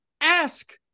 ask